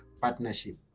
partnership